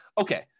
okay